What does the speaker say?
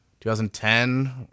2010